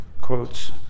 quotes